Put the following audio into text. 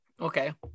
Okay